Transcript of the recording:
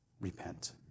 repent